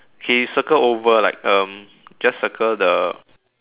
okay circle over like um just circle the